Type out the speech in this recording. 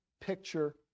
picture